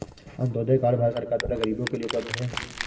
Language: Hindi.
अन्तोदय कार्ड भारत सरकार द्वारा गरीबो के लिए उपलब्ध है